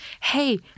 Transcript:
hey